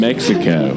Mexico